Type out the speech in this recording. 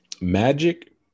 Magic